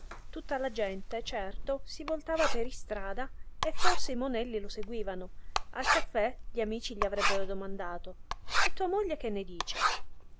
tutta la gente certo si voltava per istrada e forse i monelli lo seguivano al caffé gli amici gli avrebbero domandato e tua moglie che ne dice